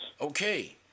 Okay